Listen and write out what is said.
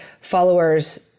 followers